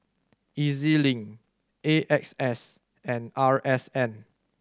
E Z Link A X S and R S N